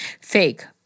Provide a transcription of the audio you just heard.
Fake